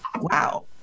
wow